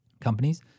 companies